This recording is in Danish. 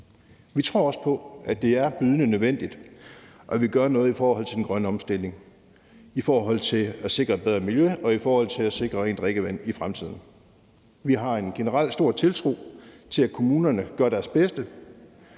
Vi tror også på, at det er bydende nødvendigt, at vi gør noget i forhold til den grønne omstilling, i forhold til at sikre et bedre miljø og i forhold til at sikre rent drikkevand i fremtiden. Vi har en generelt stor tiltro til, at kommunerne gør deres bedste,